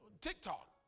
TikTok